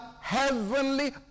heavenly